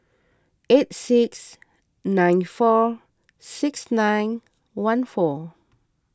eight six nine four six nine one four